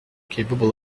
capable